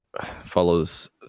follows